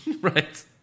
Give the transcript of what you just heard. Right